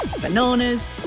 Bananas